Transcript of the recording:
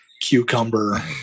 cucumber